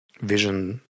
vision